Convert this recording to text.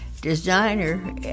designer